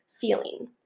feeling